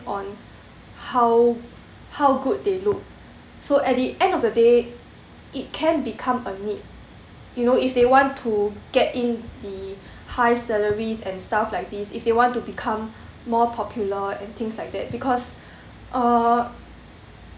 on how how good they look so at the end of the day it can become a need you know if they want to get in the high salaries and stuff like this if they want to become more popular and things like that because uh